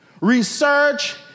research